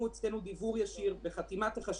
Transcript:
אני חושב שצריך פגישה עם